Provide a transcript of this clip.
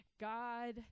God